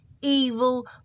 evil